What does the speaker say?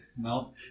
No